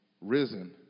risen